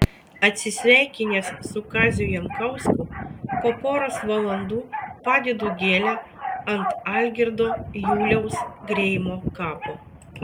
atsisveikinęs su kaziu jankausku po poros valandų padedu gėlę ant algirdo juliaus greimo kapo